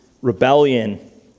rebellion